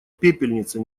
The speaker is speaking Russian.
пепельница